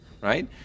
right